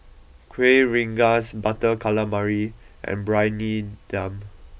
Kueh Rengas Butter Calamari and Briyani Dum